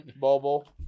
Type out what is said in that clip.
mobile